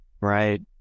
Right